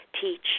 teach